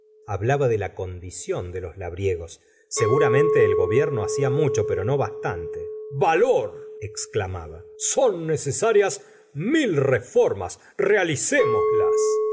hablaba de la condición de los labriegos seguramente el gobierno hacia mucho pero no bastante valor exclamaba son necesarias mil reformas realicémoslas al